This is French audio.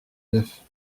neufs